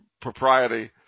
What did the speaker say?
propriety